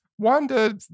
Wanda